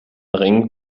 ring